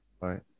right